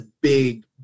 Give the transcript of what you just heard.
big